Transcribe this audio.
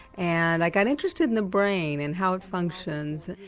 and i got interested in the brain and how it functions.